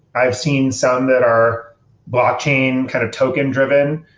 i've seen some that are blockchain kind of token-driven.